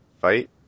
fight